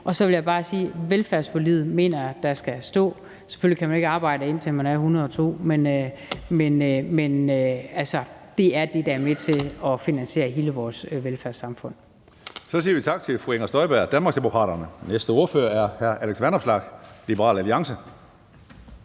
Og så vil jeg bare sige, at velfærdsforliget mener jeg skal bestå. Selvfølgelig kan man ikke arbejde, indtil man er 102 år, men velfærdsforliget er det, der er med til at finansiere hele vores velfærdssamfund. Kl. 15:23 Tredje næstformand (Karsten Hønge): Så siger vi tak til fru Inger Støjberg, Danmarksdemokraterne. Næste ordfører er hr. Alex Vanopslagh, Liberal Alliance.